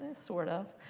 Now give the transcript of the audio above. sort of.